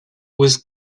was